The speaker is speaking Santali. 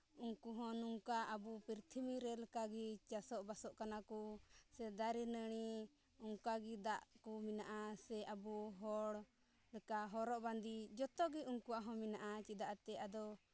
ᱩᱱᱠᱩ ᱦᱚᱸ ᱱᱚᱝᱠᱟ ᱟᱵᱚ ᱯᱨᱤᱛᱷᱤᱵᱤ ᱨᱮ ᱞᱮᱠᱟᱜᱮ ᱪᱟᱥᱚᱜ ᱵᱟᱥᱚᱜ ᱠᱟᱱᱟ ᱠᱚ ᱥᱮ ᱫᱟᱨᱮᱼᱱᱟᱹᱲᱤ ᱚᱱᱠᱟᱜᱮ ᱫᱟᱜ ᱠᱚ ᱢᱮᱱᱟᱜᱼᱟ ᱥᱮ ᱟᱵᱚ ᱦᱚᱲ ᱞᱮᱠᱟ ᱦᱚᱨᱚᱜ ᱵᱟᱸᱫᱮ ᱡᱚᱛᱚᱜᱮ ᱩᱱᱠᱩᱣᱟᱜ ᱦᱚᱸ ᱢᱮᱱᱟᱜᱼᱟ ᱪᱮᱫᱟᱜ ᱮᱱᱛᱮᱫ ᱟᱫᱚ